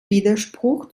widerspruch